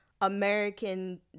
American